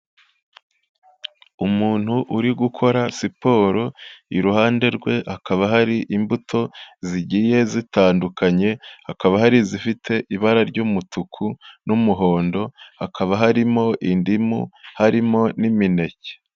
Umuntu uri gukora siporo, iruhande rwe hakaba hari imbuto zigiye zitandukanye, hakaba hari izifite ibara ry'umutuku n'umuhondo, hakaba harimo indimu, harimo n'imineke.